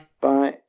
Bye